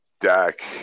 Dak